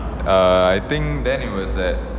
uh I think then it was at